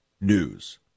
news